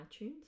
iTunes